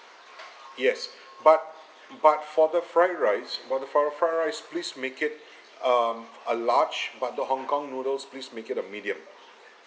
yes but but for the fried rice but for fried rice please make it um a large but the hong kong noodles please make it a medium